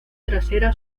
trasera